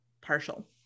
partial